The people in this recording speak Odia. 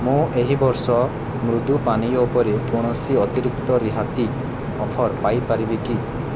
ମୁଁ ଏହି ବର୍ଷ ମୃଦୁ ପାନୀୟ ଉପରେ କୌଣସି ଅତିରିକ୍ତ ରିହାତି ଅଫର୍ ପାଇପାରିବି କି